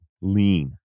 Lean